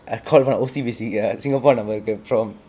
I call from O_C_B_C err singapore number from